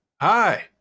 Hi